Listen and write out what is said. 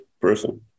person